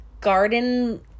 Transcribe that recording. garden